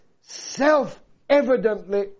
self-evidently